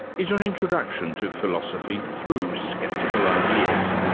is an introduction to philosophy through sceptical ideas.